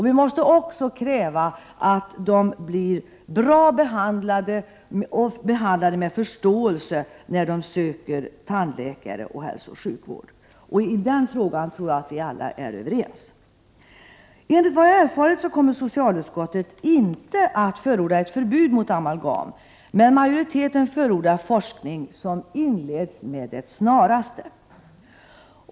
Vi måste också kräva att de blir bra behandlade och behandlade med förståelse när de söker tandläkare och hälsooch sjukvård. I den frågan tror jag att vi alla är överens. Enligt vad jag har erfarit, kommer socialutskottet inte att förorda ett förbud mot amalgam. Majoriteten förordar emellertid forskning, som skall inledas med det snaraste.